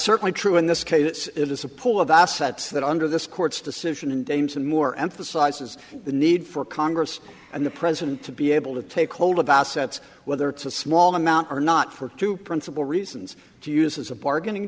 certainly true in this case it's a pool of assets that are under this court's decision and aims and more emphasizes the need for congress and the president to be able to take hold of assets whether it's a small amount or not for two principal reasons to use as a bargaining